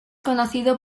conocido